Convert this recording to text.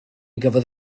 gafodd